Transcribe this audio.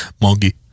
Monkey